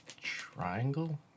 triangle